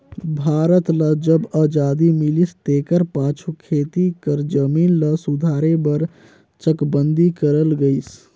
भारत ल जब अजादी मिलिस तेकर पाछू खेती कर जमीन ल सुधारे बर चकबंदी करल गइस